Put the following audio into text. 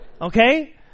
okay